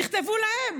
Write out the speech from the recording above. תכתבו להם.